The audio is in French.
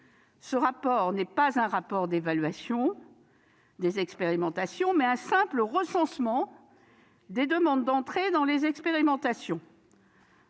Ce rapport est non pas un rapport d'évaluation des expérimentations, mais un simple recensement des demandes d'entrée dans les expérimentations.